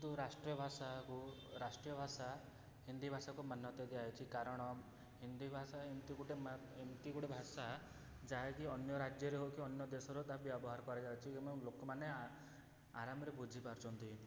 କିନ୍ତୁ ରାଷ୍ଟ୍ରୀୟ ଭାଷାକୁ ରାଷ୍ଟ୍ରୀୟ ଭାଷା ହିନ୍ଦୀ ଭାଷାକୁ ମାନ୍ୟତା ଦିଆଯାଇଛି କାରଣ ହିନ୍ଦୀ ଭାଷା ଏମିତି ଗୋଟେ ଏମିତି ଗୋଟେ ଭାଷା ଯାହାକି ଅନ୍ୟ ରାଜ୍ୟରେ ହେଉ କି ଅନ୍ୟ ଦେଶରେ ହେଉ ତା ବ୍ୟବହାର କରାଯାଉଛି ଏବଂ ଲୋକମାନେ ଆରାମରେ ବୁଝିପାରୁଛନ୍ତି